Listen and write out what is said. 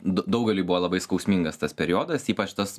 d daugeliui buvo labai skausmingas tas periodas ypač tas